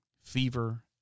fever